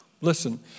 listen